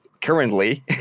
currently